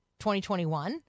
2021